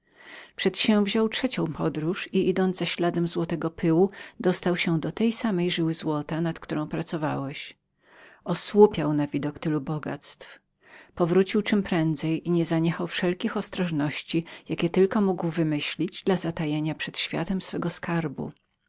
przedsięwziął trzecią podróż i idąc za śladem pyłu złotego dostał się do tej samej żyły złota nad którą pracowałeś osłupiał na widok tylu bogactw powrócił czemprędzej i nie zaniechał wszelkich ostrożności jakie tylko mógł wymyślić dla zatajenia przed światem swego skarbu